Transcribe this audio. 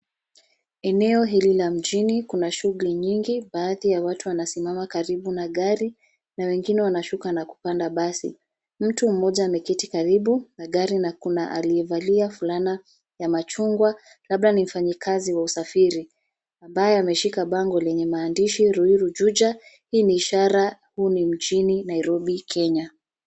Eneo hili la mjini kuna shughuli nyingi. baadhi ya watu wanasimama karibu na gari na wengine wanashuka na kupanda basi. Mtu mmoja ameketi karibu na gari na kuna aliyevaa fulana ya machungwa labda ni mfanyikazi wa usafiri ambaye ameshika bango lenye maandishi RUIRU JUJA. Hii ni ishara huu ni mjini NAIROBI KENYA.